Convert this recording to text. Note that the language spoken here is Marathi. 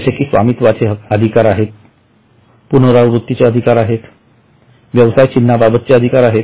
जसे कि स्वामित्वाचे अधिकार आहेत पुनरावृत्तीचे अधिकार आहेत व्यवसाय चिन्हांबाबतचे अधिकार आहेत